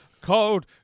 called